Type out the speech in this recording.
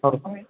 हो